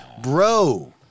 bro